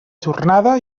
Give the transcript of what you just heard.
jornada